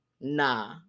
nah